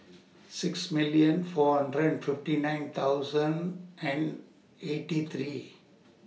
six million four hundred and fifty nine thousand and eighty three